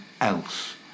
else